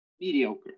mediocre